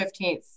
15th